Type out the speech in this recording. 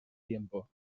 tiempo